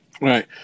right